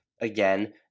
again